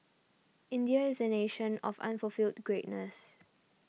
India is a nation of unfulfilled greatness